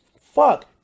fuck